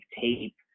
tape